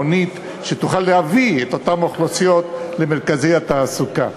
שתוכל להביא את אותן אוכלוסיות למרכזי התעסוקה.